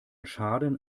schaden